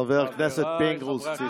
חבר הכנסת פינדרוס.